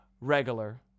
regular